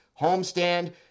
homestand